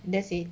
that's it